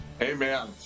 Amen